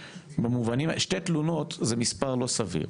שתי תלונות זה מספר לא סביר,